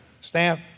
stamp